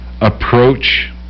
approach